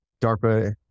DARPA